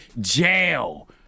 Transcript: jail